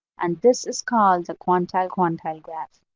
and this is called the quantile-quantile graph.